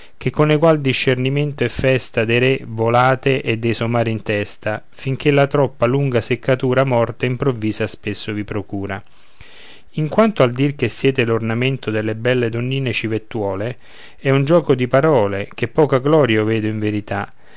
che con egual discernimento e festa dei re volate e dei somari in testa finché la troppa lunga seccatura morte improvvisa spesso vi procura in quanto al dir che siete l'ornamento delle belle donnine civettuole è un giuoco di parole ché poca gloria io vedo in verità